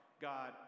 God